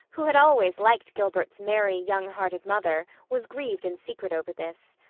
who had always liked gilbert's merry, young-hearted mother, was grieved in secret over this.